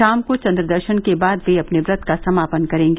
शाम को चन्द्रदर्शन के बाद वे अपने व्रत का समापन करेंगी